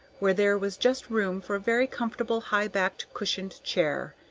where there was just room for a very comfortable high-backed cushioned chair,